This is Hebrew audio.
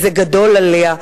וזה גדול עליה.